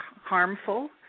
harmful